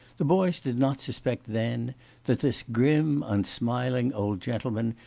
the boys did not suspect then that this grim, unsmiling old gentleman,